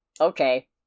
Okay